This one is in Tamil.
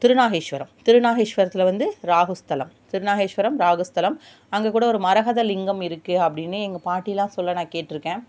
திருநாகேஸ்வரம் திருநாகேஸ்வரத்தில் வந்து ராகுஸ்தலம் திருநாகேஸ்வரம் ராகு ஸ்தலம் அங்கே கூட ஒரு மரகத லிங்கம் இருக்கு அப்படின்னு எங்கள் பாட்டிலாம் சொல்ல நான் கேட் இருக்கேன்